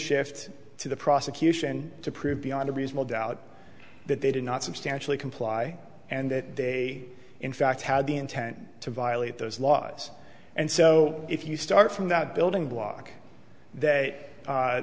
shift to the prosecution to prove beyond a reasonable doubt that they did not substantially comply and that they in fact had the intent to violate those laws and so if you start from that building block th